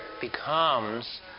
becomes